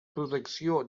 protecció